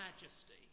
majesty